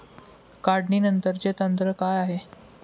काढणीनंतरचे तंत्र काय आहे?